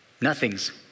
nothing's